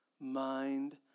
Mind